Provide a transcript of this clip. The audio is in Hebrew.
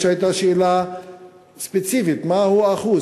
אף שהייתה שאלה ספציפית: מהו האחוז?